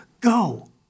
go